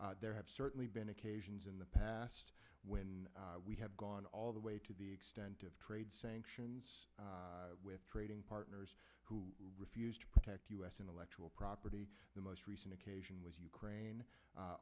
there have certainly been occasions in the past when we have gone all the way to the extent of trade sanctions with trading partners who refused to protect u s intellectual property the most recent occasion with ukraine